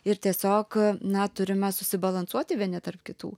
ir tiesiog na turime susibalansuoti vieni tarp kitų